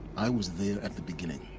i was there at the beginning.